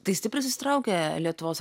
tai stipriai susitraukė lietuvos